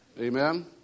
Amen